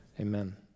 Amen